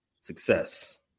success